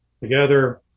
together